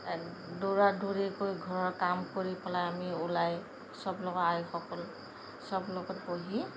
এক দৌৰা দৌৰিকৈ ঘৰৰ কাম কৰি পেলাই আমি ওলাই চবৰে লগৰ আইসকল চবৰে লগত বহি